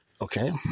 Okay